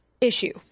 issue